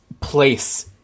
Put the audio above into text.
place